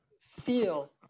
feel